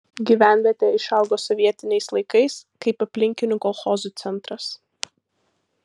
gyvenvietė išaugo sovietiniais laikais kaip aplinkinių kolchozų centras